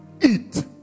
Eat